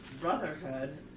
Brotherhood